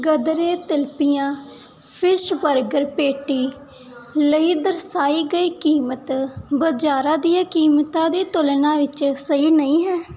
ਗਦਰੇ tilapia fish burger patty ਲਈ ਦਰਸਾਈ ਗਈ ਕੀਮਤ ਬਾਜ਼ਾਰਾਂ ਦੀਆਂ ਕੀਮਤਾਂ ਦੀ ਤੁਲਨਾ ਵਿੱਚ ਸਹੀ ਨਹੀਂ ਹੈ